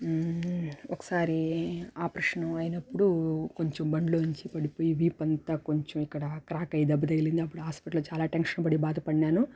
ఒకసారి ఆపరేషను అయినప్పుడు కొంచెం బండ్లోనుంచి పడిపోయి వీపంతా కొంచెం ఇక్కడ క్రాక్ అయి దెబ్బతగిలింది అప్పుడు హాస్పిటల్లో చాలా టెన్షన్ పడి భాదపడినాను